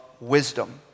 wisdom